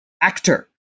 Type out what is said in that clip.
actor